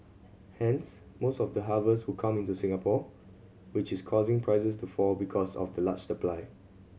hence most of the harvest would come into Singapore which is causing prices to fall because of the large supply